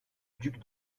duc